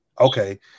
Okay